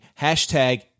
hashtag